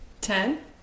Ten